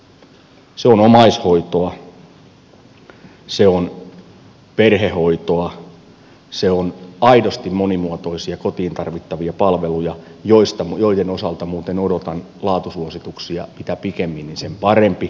se on omaishoitoa se on perhehoitoa se on aidosti monimuotoisia kotiin tarvittavia palveluja joiden osalta muuten odotan laatusuosituksia mitä pikemmin niin sen parempi